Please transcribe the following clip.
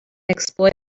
exploit